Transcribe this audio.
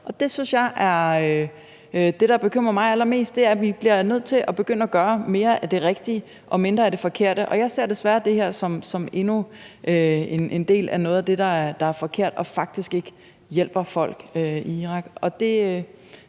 det, der bekymrer mig allermest. Vi bliver nødt til at gøre mere af det rigtige og mindre af det forkerte, og jeg ser desværre det her som endnu en del af det, der er forkert og faktisk ikke hjælper folk i Irak.